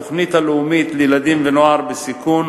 התוכנית הלאומית לילדים ונוער בסיכון